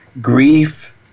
grief